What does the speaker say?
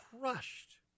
crushed